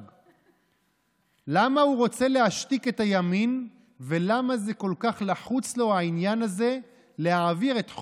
למנוע השפעה בלתי הוגנת ולטפל בהתקשרויות מיותרות,